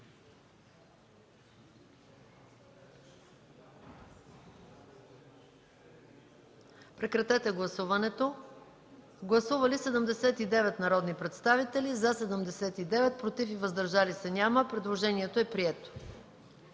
подкрепен от комисията. Гласували 83 народни представители, за 83, против и въздържали се няма. Предложението е прието.